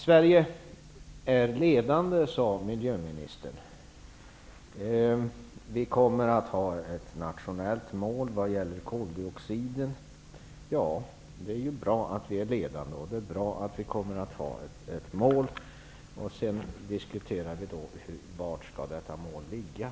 Sverige är ledande, sade miljöministern. Vi kommer att ha ett nationellt mål vad gäller koldioxiden. Ja, det är ju bra att vi är ledande, och det är bra att vi kommer att ha ett mål. Sedan diskuterar vi var detta mål skall ligga.